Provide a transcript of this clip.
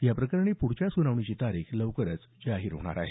या प्रकरणी प्ढच्या सुनावणीची तारीख लवकरच जाहीर होणार आहे